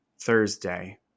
Thursday